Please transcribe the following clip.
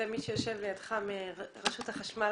מי שיושב לידך, עכשיו ברשות החשמל,